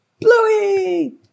bluey